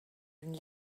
une